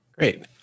Great